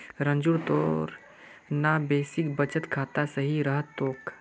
रंजूर तोर ना बेसिक बचत खाता सही रह तोक